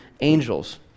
angels